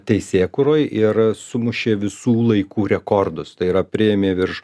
teisėkūroj ir sumušė visų laikų rekordus tai yra priėmė virš